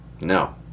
no